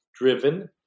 driven